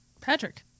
Patrick